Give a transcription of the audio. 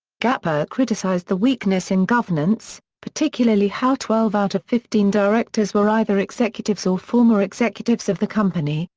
gapper criticised the weakness in governance, particularly how twelve out of fifteen directors were either executives or former executives of the company,